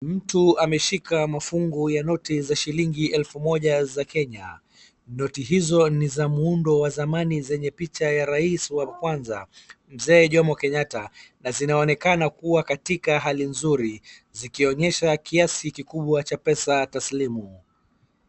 Mtu ameshika mafungu ya noti za shilingi elfu moja za Kenya. Noti hizo ni za muundo wa zamani zenye picha ya rais wa kwanza mzee Jomo Kenyatta na zinaonekana kuwa katika hali nzuri, zikionyesha kiasi kikubwa cha pesa taslimu.